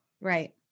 Right